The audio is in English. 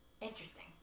interesting